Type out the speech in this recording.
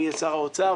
מי יהיה שר האוצר,